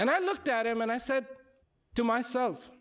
and i looked at him and i said to myself